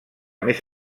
més